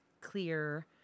clear